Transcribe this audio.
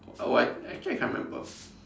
oh I actually I can't remember